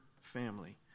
family